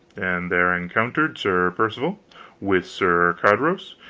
and there encountered sir percivale with sir carados,